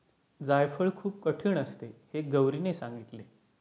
जायफळ खूप कठीण असते हे गौरीने सांगितले